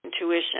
intuition